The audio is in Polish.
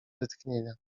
wytchnienia